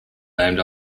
named